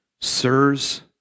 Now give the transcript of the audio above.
Sirs